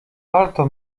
palto